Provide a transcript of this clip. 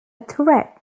threat